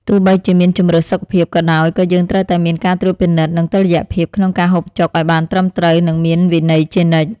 ទោះបីជាមានជម្រើសសុខភាពក៏ដោយក៏យើងត្រូវតែមានការត្រួតពិនិត្យនិងតុល្យភាពក្នុងការហូបចុកឲ្យបានត្រឹមត្រូវនិងមានវិន័យជានិច្ច។